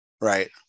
Right